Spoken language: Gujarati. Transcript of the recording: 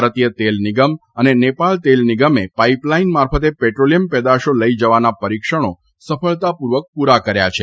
ભારતીય તેલનિગમ અને નેપાળ તેલનિગમે પાઇપલાઇન મારફતે પેટ્રોલિયમ પેદાશો લઇ જવાના પરિક્ષણો સફળતાપૂર્વક પૂરા કર્યા છે